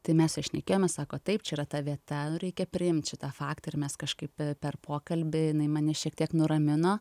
tai mes ir šnekėjom sako taip čia yra ta vieta reikia priimt šitą faktą ir mes kažkaip per pokalbį jinai mane šiek tiek nuramino